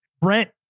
Brent